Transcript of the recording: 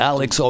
Alex